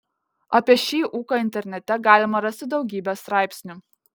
apie šį ūką internete galima rasti daugybę straipsnių